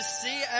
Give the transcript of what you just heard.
see